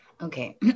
Okay